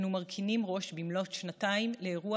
אנו מרכינים ראש במלאות שנתיים לאירוע